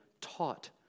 taught